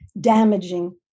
damaging